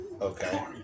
Okay